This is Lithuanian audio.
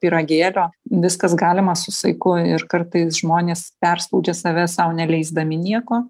pyragėlio viskas galima su saiku ir kartais žmonės perspaudžia save sau neleisdami nieko